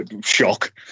Shock